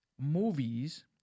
movies